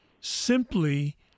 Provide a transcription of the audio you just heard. simply